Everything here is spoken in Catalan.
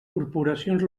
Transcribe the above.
corporacions